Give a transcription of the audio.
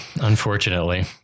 unfortunately